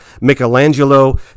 Michelangelo